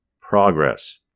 progress